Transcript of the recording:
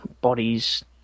bodies